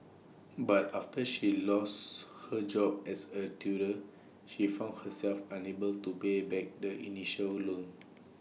but after she lose her job as A tutor she found herself unable to pay back the initial loans